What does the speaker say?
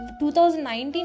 2019